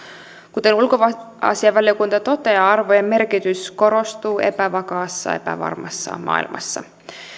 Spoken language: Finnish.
kuten ulkoasiainvaliokunta toteaa arvojen merkitys korostuu epävakaassa epävarmassa maailmassa